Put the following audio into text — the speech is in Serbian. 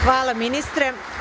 Hvala ministre.